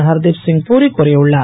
ஹர்திப்சிங் பூரி கூறியுள்ளார்